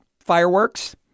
Fireworks